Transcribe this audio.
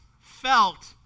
felt